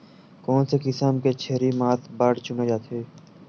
कोन से किसम के छेरी मांस बार चुने जाथे?